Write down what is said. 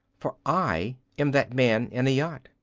for i am that man in a yacht.